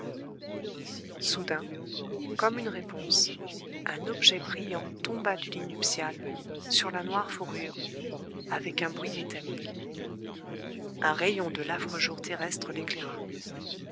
soudain comme une réponse un objet brillant tomba du lit nuptial sur la noire fourrure avec un bruit métallique un rayon de l'affreux jour terrestre l'éclaira